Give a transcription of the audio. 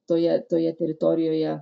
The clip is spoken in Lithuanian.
toje toje teritorijoje